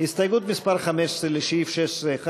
הסתייגות מס' 15 לסעיף 16(1),